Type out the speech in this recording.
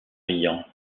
riant